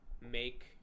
make